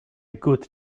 good